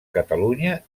catalunya